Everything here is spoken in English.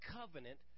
covenant